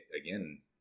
again